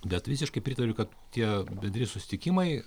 bet visiškai pritariu kad tie bendri susitikimai